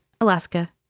Alaska